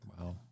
Wow